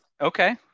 Okay